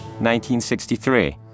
1963